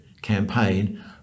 campaign